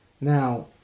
Now